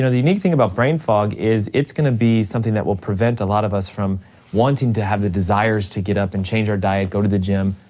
you know the unique thing about brain fog is it's gonna be something that will prevent a lot of us from wanting to have the desires to get up and change our diet, go to the gym,